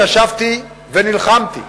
שישבתי ונלחמתי,